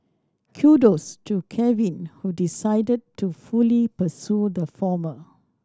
Kudos to Kevin who decided to fully pursue the former